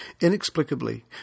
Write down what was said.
Inexplicably